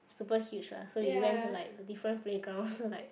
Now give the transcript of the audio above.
super huge lah so we went to like the different playgrounds to like